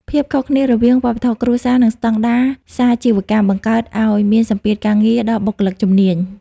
ភាពខុសគ្នារវាង "វប្បធម៌គ្រួសារ" និង "ស្ដង់ដារសាជីវកម្ម" បង្កើតឱ្យមានសម្ពាធការងារដល់បុគ្គលិកជំនាញ។